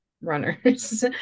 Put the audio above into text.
runners